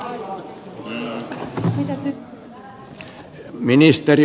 arvoisa puhemies